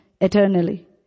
eternally